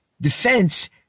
Defense